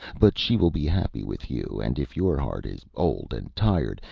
but she will be happy with you, and if your heart is old and tired,